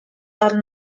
are